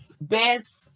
Best